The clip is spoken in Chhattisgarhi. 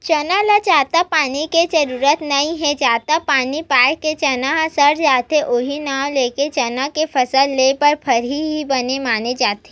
चना ल जादा पानी के जरुरत नइ हे जादा पानी पाए ले चना ह सड़ जाथे उहीं नांव लेके चना के फसल लेए बर भर्री ही बने माने जाथे